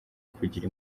kugira